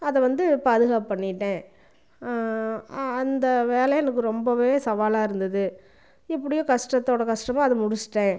அதை வந்து பாதுகாப்பு பண்ணிவிட்டேன் அந்த வேலை எனக்கு ரொம்பவே சவாலாக இருந்தது இப்படியே கஷ்டத்தோட கஷ்டமா அதை முடிச்சுட்டேன்